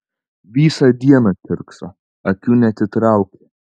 visą dieną kiurkso akių neatitraukia